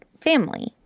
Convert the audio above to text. family